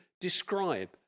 describe